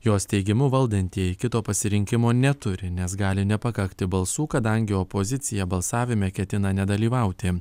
jos teigimu valdantieji kito pasirinkimo neturi nes gali nepakakti balsų kadangi opozicija balsavime ketina nedalyvauti